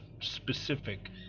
specific